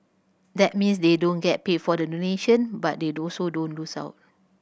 that means they don't get paid for the donation but they also don't lose out